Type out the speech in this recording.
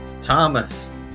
Thomas